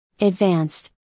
advanced